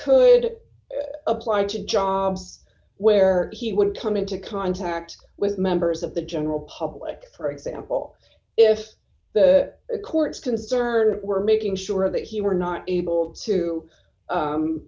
could apply into jobs where he would come into contact with members of the general public for example if the courts concerned were making sure that he were not able to